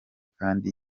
kandi